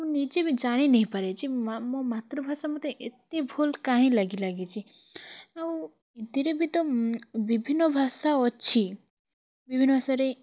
ମୁ ନିଜେ ବି ଜାଣି ନେଇଁ ପାରେ ଯେ ମୋ ମାତୃଭାଷା ମୋତେ ଏତେ ଭଲ୍ କାଇଁ ଲାଗି ଲାଗିଛି ଆଉ ଏଥିରେ ବି ତ ବିଭିନ୍ନ ଭାଷା ଅଛି